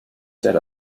set